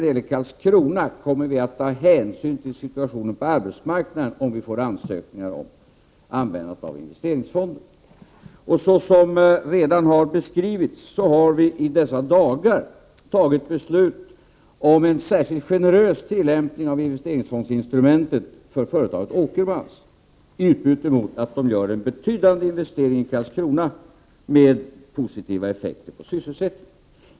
Men jag har sagt att vi kommer att ta hänsyn till situationen på arbetsmarknaden där, om vi får in ansökningar där man begär att få använda investeringsfonderna. Såsom redan beskrivits har vi i dessa dagar fattat beslut om en mycket generös tillämpning i fråga om investeringsfondsinstrumentet för företaget Åkermans, i utbyte mot att man gör betydande investeringar i Karlskrona som ger positiva effekter på sysselsättningen.